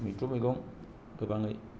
मैथ्रु मैगं गोबाङै